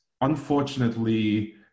unfortunately